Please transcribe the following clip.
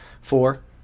four